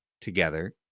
together